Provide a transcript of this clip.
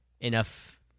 enough